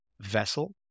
vessel